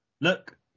Look